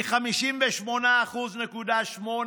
מ-58.8%